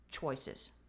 choices